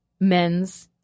men's